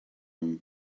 room